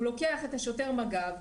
הוא לוקח את שוטר המג"ב,